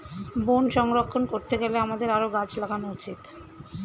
বন সংরক্ষণ করতে গেলে আমাদের আরও গাছ লাগানো উচিত